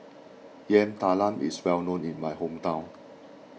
Yam Talam is well known in my hometown